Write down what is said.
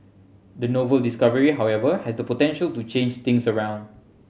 the novel discovery however has the potential to change things around